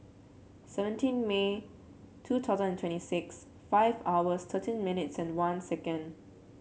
seventeen May two thousand and twenty six five hours thirteen minutes one second